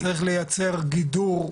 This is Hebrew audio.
צריך לייצר גידור.